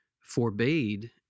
forbade